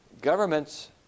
Governments